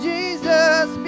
Jesus